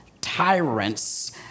tyrants